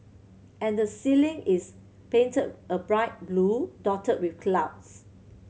and the ceiling is painted a bright blue dotted with clouds